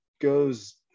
goes